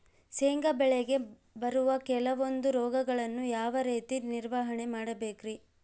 ಶೇಂಗಾ ಬೆಳೆಗೆ ಬರುವ ಕೆಲವೊಂದು ರೋಗಗಳನ್ನು ಯಾವ ರೇತಿ ನಿರ್ವಹಣೆ ಮಾಡಬೇಕ್ರಿ?